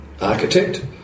architect